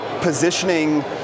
positioning